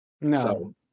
no